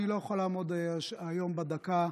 אני לא יכול לעמוד היום בדקה.